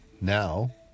now